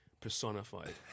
personified